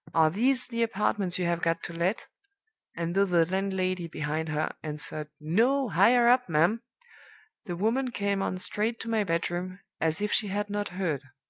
are these the apartments you have got to let and though the landlady, behind her, answered, no! higher up, ma'am the woman came on straight to my bedroom, as if she had not heard.